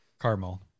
Caramel